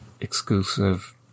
exclusive